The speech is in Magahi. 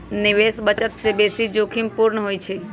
निवेश बचत से बेशी जोखिम पूर्ण होइ छइ